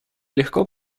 легко